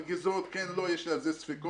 מלגזות כן, לא יש על זה ספקות.